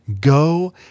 go